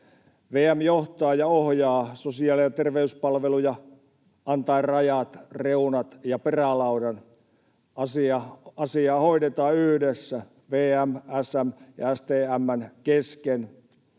VM johtaa ja ohjaa sosiaali- ja terveyspalveluja antaen rajat, reunat ja perälaudan. Asiaa hoidetaan yhdessä VM:n, SM:n ja STM:n kesken.